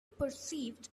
perceived